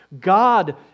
God